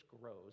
grows